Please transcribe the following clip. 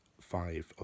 five